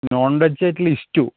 non veg ആയിട്ടുള്ളത് ഇഷ്റ്റൂ